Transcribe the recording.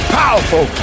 powerful